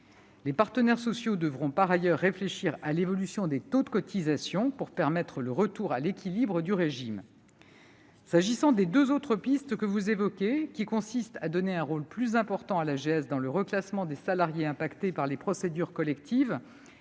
Les partenaires sociaux devront, par ailleurs, réfléchir à l'évolution des taux de cotisation pour favoriser le retour à l'équilibre du régime. S'agissant des deux autres pistes évoquées, à savoir donner un rôle plus important à l'AGS dans le reclassement des salariés touchés par les procédures collectives